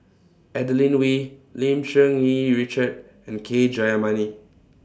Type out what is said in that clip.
Adeline We Lim Cherng Yih Richard and K Jayamani